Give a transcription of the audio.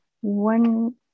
one